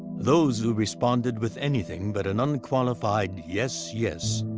those who responded with anything but an unqualified yes, yes,